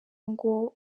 ngo